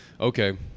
okay